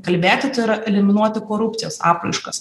kalbėkit ir eliminuoti korupcijos apraiškas